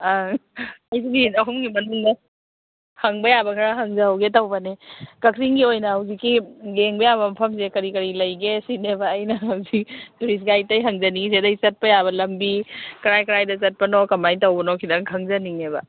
ꯑꯪ ꯑꯩꯁꯨ ꯃꯤꯅꯤꯠ ꯑꯍꯨꯝꯒꯤ ꯃꯅꯨꯡꯗ ꯍꯪꯕ ꯌꯥꯕ ꯈꯔ ꯍꯪꯖꯍꯧꯒꯦ ꯇꯧꯕꯅꯦ ꯀꯛꯆꯤꯡꯒꯤ ꯑꯣꯏꯅ ꯍꯧꯖꯤꯛꯀꯤ ꯌꯦꯡꯕ ꯌꯥꯕ ꯃꯐꯝꯁꯦ ꯀꯔꯤ ꯀꯔꯤ ꯂꯩꯒꯦ ꯁꯤꯅꯦꯕ ꯑꯩꯅ ꯍꯧꯖꯤꯛ ꯇꯨꯔꯤꯁ ꯒꯥꯏꯠꯇꯩ ꯍꯪꯖꯅꯤꯡꯉꯤꯁꯦ ꯑꯗꯩ ꯆꯠꯄ ꯌꯥꯕ ꯂꯝꯕꯤ ꯀꯔꯥꯏ ꯀꯔꯥꯏꯗ ꯆꯠꯄꯅꯣ ꯀꯃꯥꯏꯅ ꯇꯧꯕꯅꯣ ꯈꯤꯇꯪ ꯈꯪꯖꯅꯤꯡꯉꯦꯕ